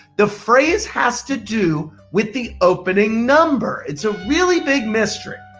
the phrase has to do with the opening number. it's a really big mystery,